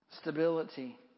stability